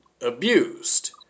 abused